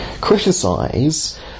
criticise